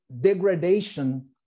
degradation